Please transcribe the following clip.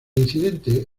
incidente